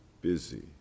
busy